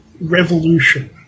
revolution